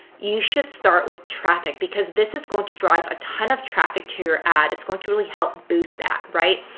you should start with traffic. because this is going to drive a ton of traffic to your ad. it's going to really help boost that, right?